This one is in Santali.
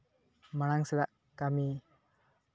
ᱢᱟᱲᱟᱝ ᱥᱮᱫᱟᱜ ᱠᱟᱹᱢᱤ